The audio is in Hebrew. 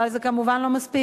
אבל זה כמובן לא מספיק.